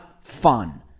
fun